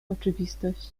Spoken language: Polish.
oczywistość